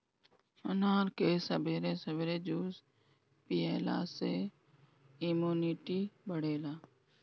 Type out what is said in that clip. अनार के सबेरे सबेरे जूस पियला से इमुनिटी बढ़ेला